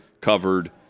covered